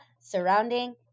surrounding